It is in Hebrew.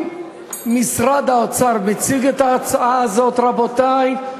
אם משרד האוצר מציג את ההצעה הזאת, רבותי,